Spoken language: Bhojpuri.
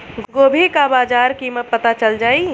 गोभी का बाजार कीमत पता चल जाई?